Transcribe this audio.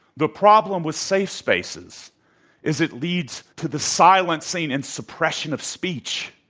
the problem with safe spaces is it leads to the silencing and suppression of speech.